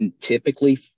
Typically